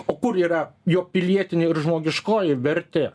o kur yra jo pilietinė ir žmogiškoji vertė